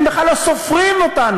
הם בכלל לא סופרים אותנו.